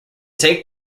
take